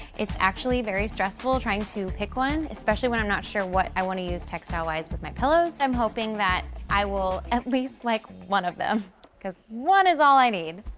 it's actually very stressful trying to pick one especially when i'm not sure what i want to use textile wise with my pillows i'm hoping that i will at least like one of them because one is all i need.